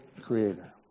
creator